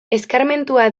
eskarmentua